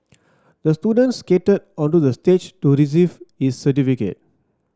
the student skated onto the stage to receive his certificate